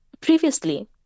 previously